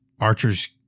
Archer's